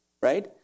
right